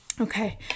okay